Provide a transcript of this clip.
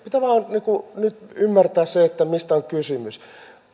ovat äärimmäisen tärkeitä pitää vain nyt ymmärtää se mistä on kysymys